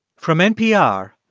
from npr,